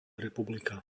republika